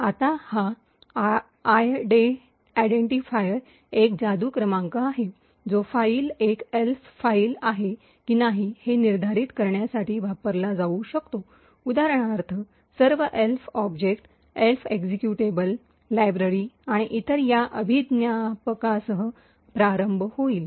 तर हा आयडेंटिफायर एक जादू क्रमांक आहे जो फाइल एक एल्फ फाइल आहे की नाही हे निर्धारित करण्यासाठी वापरला जाऊ शकतो उदाहरणार्थ उदाहरणार्थ सर्व ELF objects ELF executable library आणि इतर या अभिज्ञापकासह प्रारंभ होईल